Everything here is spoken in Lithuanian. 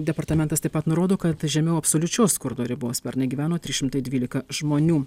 departamentas taip pat nurodo kad žemiau absoliučios skurdo ribos pernai gyveno trys šimtai dvylika žmonių